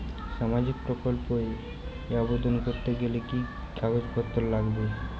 সামাজিক প্রকল্প এ আবেদন করতে গেলে কি কাগজ পত্র লাগবে?